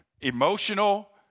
emotional